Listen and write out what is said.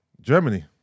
Germany